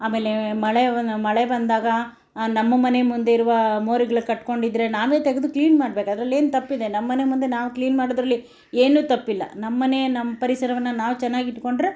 ಆಮೇಲೆ ಮಳೆ ಮಳೆ ಬಂದಾಗ ನಮ್ಮ ಮನೆ ಮುಂದೆ ಇರುವ ಮೋರಿಗಳು ಕಟ್ಕೊಂಡಿದ್ರೆ ನಾವೇ ತೆಗೆದು ಕ್ಲೀನ್ ಮಾಡ್ಬೇಕು ಅದ್ರಲ್ಲೇನು ತಪ್ಪಿದೆ ನಮ್ಮನೆ ಮುಂದೆ ನಾವು ಕ್ಲೀನ್ ಮಾಡೋದ್ರಲ್ಲಿ ಏನು ತಪ್ಪಿಲ್ಲ ನಮ್ಮನೆ ನಮ್ಮ ಪರಿಸರವನ್ನು ನಾವು ಚೆನ್ನಾಗಿ ಇಟ್ಟುಕೊಂಡರೆ